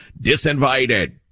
disinvited